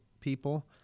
people